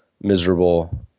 miserable